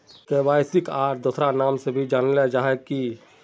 KYC के आर दोसरा नाम से जानले जाहा है की?